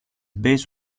based